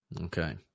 Okay